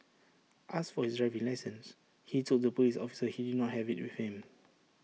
asked for his driving licence he told the Police officer he did not have IT with him